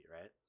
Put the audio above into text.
right